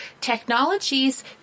technologies